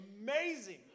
amazing